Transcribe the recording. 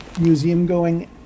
museum-going